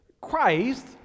Christ